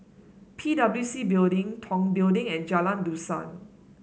P W C Building Tong Building and Jalan Dusan